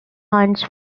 hunts